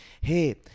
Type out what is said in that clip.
hey